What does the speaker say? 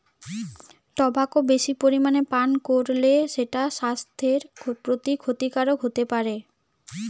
tobacco বেশি পরিমাণে পান কোরলে সেটা সাস্থের প্রতি ক্ষতিকারক হোতে পারে